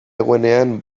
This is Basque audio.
egunean